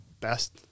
best